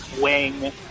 wing